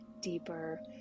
deeper